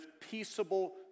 peaceable